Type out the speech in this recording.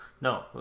no